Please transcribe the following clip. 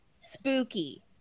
spooky